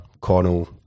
Connell